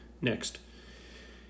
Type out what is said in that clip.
Next